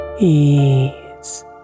ease